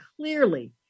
clearly